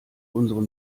unser